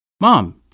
Mom